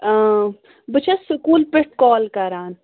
آ بہٕ چھَس سکوٗل پٮ۪ٹھ کال کَران